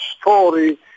story